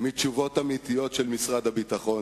מתשובות אמיתיות של משרד הביטחון.